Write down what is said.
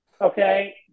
Okay